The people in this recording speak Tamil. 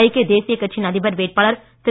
ஐக்கிய தேசியக் கட்சியின் அதிபர் வேட்பாளர் திரு